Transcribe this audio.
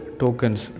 tokens